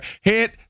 hit